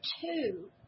two